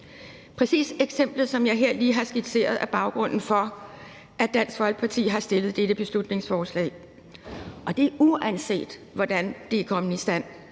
Præcis eksemplet, som jeg her lige har skitseret, er baggrunden for, at Dansk Folkeparti har fremsat dette beslutningsforslag. Og det er, uanset hvordan det er kommet i stand.